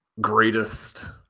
greatest